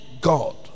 God